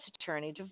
attorney